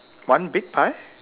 one big pie